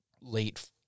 late